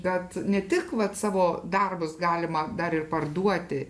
kad ne tik vat savo darbus galima dar ir parduoti